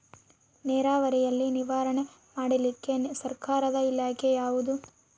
ನೇರಾವರಿಯಲ್ಲಿ ನಿರ್ವಹಣೆ ಮಾಡಲಿಕ್ಕೆ ಸರ್ಕಾರದ ಇಲಾಖೆ ಯಾವುದು?